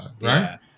right